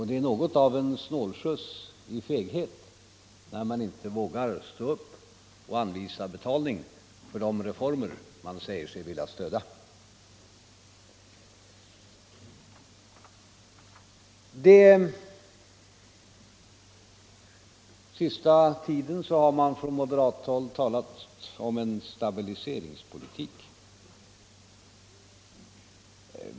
Det är något av en snålskjuts i feghet, när man inte vågar stå upp och anvisa betalning för de reformer som man säger sig vilja stödja. Den senaste tiden har man från moderat håll talat om en stabiliseringspolitik.